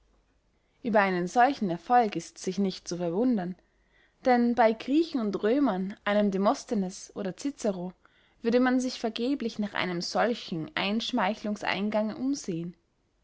ueber einen solchen erfolg ist sich nicht zu verwundern denn bey griechen und römern einem demosthenes oder cicero würde man sich vergeblich nach einem solchen einschmeichlungseingange umsehen